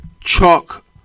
Chalk